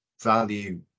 value